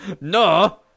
No